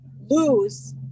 lose